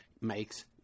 makes